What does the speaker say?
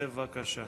בבקשה.